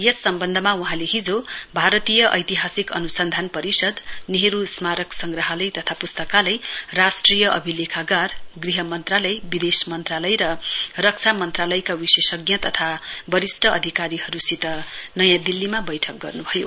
यस सम्वन्धमा वहाँले हिजो भारतीय ऐतिहासिक अन्सन्धान परिषद नेहरू स्मारक संग्रहालय तथा प्स्तकालय राष्ट्रिय अभिलेखागार गृह मन्त्रालय विदेश मन्त्रालय र रक्षा मन्त्रालयका विशेषज्ञ तथा परिष्ट अधिकारीहरूसित नयाँ दिल्लीमा बैठक गर्न्भयो